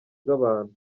bw’abantu